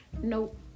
Nope